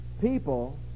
people